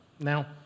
Now